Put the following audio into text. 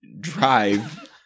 drive